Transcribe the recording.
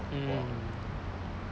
mm